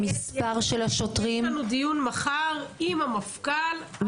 המספר של השוטרים --- יש לנו דיון מחר עם המפכ"ל על התנאים של המשטרה.